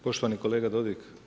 Poštovani kolega Dodig.